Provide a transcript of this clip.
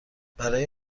برای